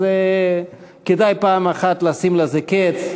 אז כדאי פעם אחת לשים לזה קץ.